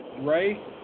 Ray